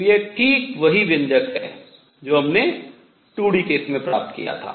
तो यह ठीक वही व्यंजक है जो हमने 2 d केस में प्राप्त किया था